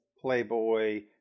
playboy